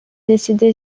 décédé